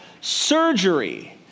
surgery